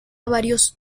varios